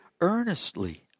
earnestly